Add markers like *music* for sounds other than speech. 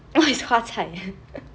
what is 花菜 *laughs*